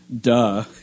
duh